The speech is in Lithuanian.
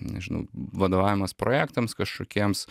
nežinau vadovavimas projektams kažkokiems